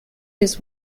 his